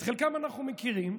את חלקם אנחנו מכירים,